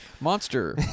Monster